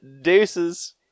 Deuces